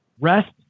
rest